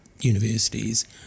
universities